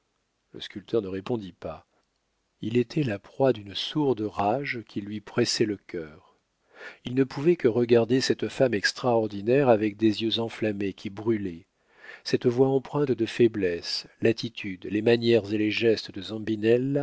le sculpteur ne répondit pas il était la proie d'une sourde rage qui lui pressait le cœur il ne pouvait que regarder cette femme extraordinaire avec des yeux enflammés qui brûlaient cette voix empreinte de faiblesse l'attitude les manières et les gestes